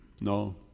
No